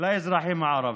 לאזרחים הערבים.